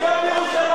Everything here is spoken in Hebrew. ירושלים,